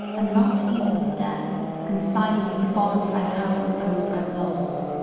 and not even death can silence the bond i have with those i've lost.